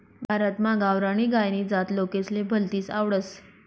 भारतमा गावरानी गायनी जात लोकेसले भलतीस आवडस